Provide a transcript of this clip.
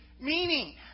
meaning